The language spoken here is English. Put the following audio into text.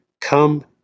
Come